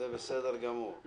זה בסדר גמור.